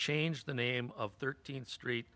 change the name of thirteenth street